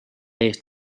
eest